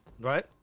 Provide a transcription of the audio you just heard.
right